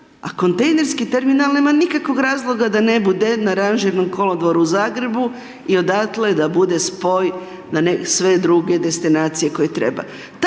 a kontejnerski terminal nema nikakvog razloga da ne bude na ranžirnom kolodvoru u Zagrebu i odatle da bude spoj na sve druge destinacije koje treba.